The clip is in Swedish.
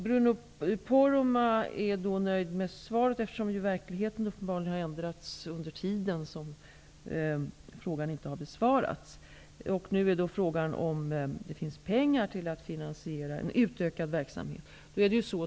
Bruno Poromaa är nöjd med svaret, eftersom verkligheten uppenbarligen har ändrats under den tid som gått innan frågan besvarats. Nu är frågan om det finns pengar att finansiera en utökad verksamhet.